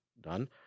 done